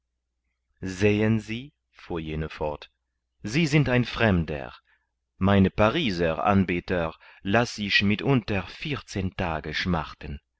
gehen sie fuhr jene fort sie sind ein fremder meine pariser anbeter lass ich mitunter vierzehn tage schmachten